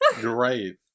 Great